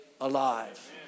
alive